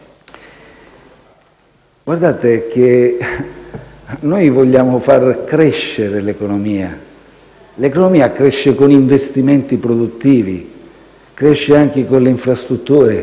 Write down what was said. Guardate che noi vogliamo far crescere l'economia. L'economia cresce con investimenti produttivi e cresce anche con le infrastrutture.